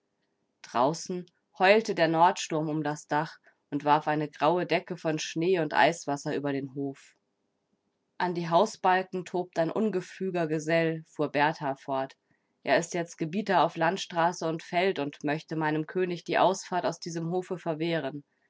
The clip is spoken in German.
draußen heulte der nordsturm um das dach und warf eine graue decke von schnee und eiswasser über den hof an die hausbalken tobt ein ungefüger gesell fuhr berthar fort er ist jetzt gebieter auf landstraße und feld und möchte meinem könig die ausfahrt aus diesem hofe verwehren